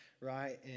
right